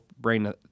brain